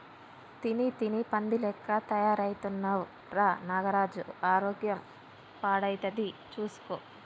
తిని తిని పంది లెక్క తయారైతున్నవ్ రా నాగరాజు ఆరోగ్యం పాడైతది చూస్కో